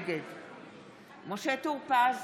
נגד משה טור פז,